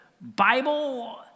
Bible